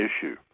issue